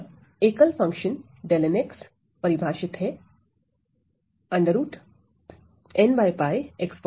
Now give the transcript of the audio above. यह एकल फंक्शन परिभाषित है से